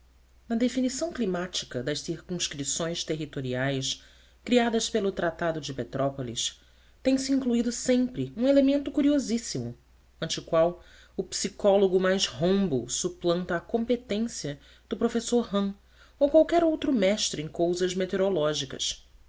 na definição climática das circunscrições territoriais criadas pelo tratado de petrópolis temse incluído sempre um elemento curiosíssimo ante o qual o psicólogo mais rombo suplanta a competência do professor hann ou qualquer outro mestre em coisas meteorológicas